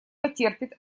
потерпит